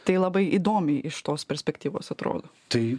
tai labai įdomiai iš tos perspektyvos atrodo tai